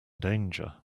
danger